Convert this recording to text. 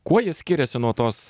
kuo ji skiriasi nuo tos